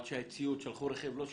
עד ששלחו רכב,